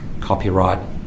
copyright